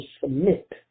submit